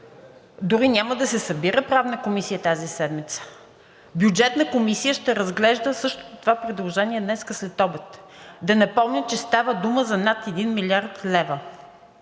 Дори няма да се събира Правната комисия тази седмица. Бюджетната комисия ще разглежда същото това предложение днес следобед. Да напомня, че става дума за над 1 милиард лева.